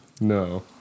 No